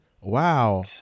Wow